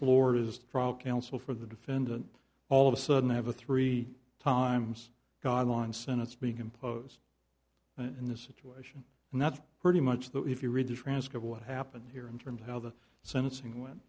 florida's trial counsel for the defendant all of a sudden i have a three times god wants and it's being imposed in this situation and that's pretty much that if you read the transcript what happened here in terms of how the sentencing wen